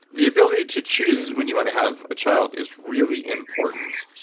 the ability to choose when you want to have a child is really important.